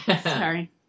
Sorry